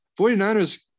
49ers